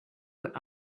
what